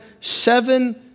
seven